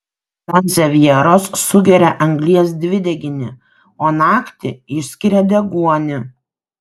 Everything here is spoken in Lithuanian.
sansevjeros sugeria anglies dvideginį o naktį išskiria deguonį